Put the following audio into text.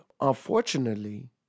Unfortunately